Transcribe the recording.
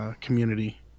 Community